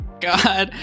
God